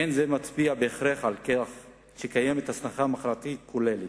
אין זה מצביע בהכרח על כך שקיימת הזנחה מערכתית כוללת,